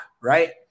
right